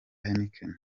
heineken